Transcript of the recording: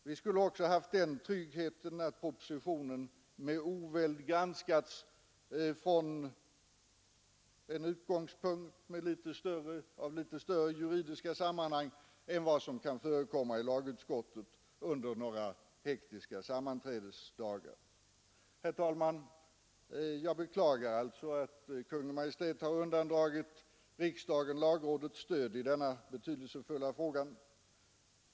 Vi skulle också ha haft den tryggheten att propositionen med oväld granskats med utgångspunkt i litet större juridiska sammanhang än vad som kan förekomma i lagutskottet under några hektiska sammanträdesdagar. Herr talman! Jag beklagar alltså att Kungl. Maj:t har undandragit riksdagen lagrådets stöd i denna betydelsefulla fråga.